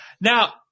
Now